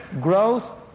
growth